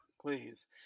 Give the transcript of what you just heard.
Please